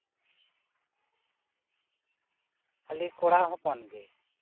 ᱠᱷᱟᱹᱞᱤ ᱠᱚᱲᱟ ᱦᱚᱯᱚᱱᱜᱮ